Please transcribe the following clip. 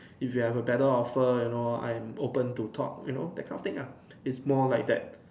if you have a better offer you know I'm open to talk you know that kind of thing ah it's more like that